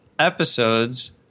episodes